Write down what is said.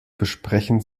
besprechen